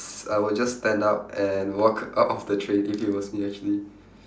s~ I would just stand up and walk out of the train if it was me actually